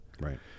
Right